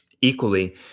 equally